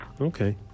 Okay